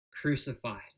crucified